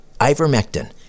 Ivermectin